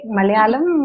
Malayalam